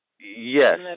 Yes